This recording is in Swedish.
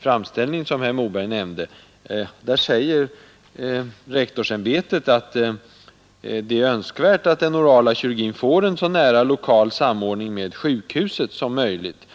framställning som herr Moberg nämnde. Där säger rektorsämbetet att det är önskvärt, att den orala kirurgin får en så nära lokal samordning med sjukhuset som möjligt.